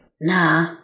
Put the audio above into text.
Nah